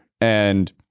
and-